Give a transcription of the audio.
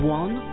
one